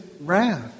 wrath